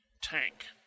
tank